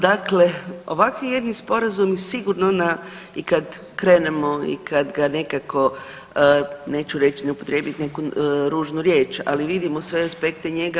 Dakle ovakvi jedni sporazumi sigurno na i kada krenemo i kada ga nekako neću reći ne upotrijebiti neku ružnu riječ, ali vidimo sve aspekte njega.